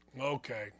Okay